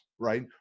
Right